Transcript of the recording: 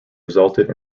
resulted